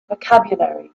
vocabulary